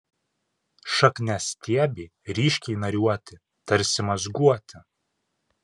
šakniastiebiai ryškiai nariuoti tarsi mazguoti